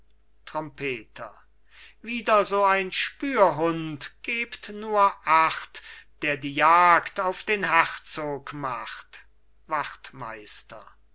trompeter wieder so ein spürhund gebt nur acht der die jagd auf den herzog macht wachtmeister